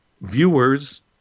viewers